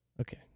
Okay